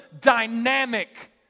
dynamic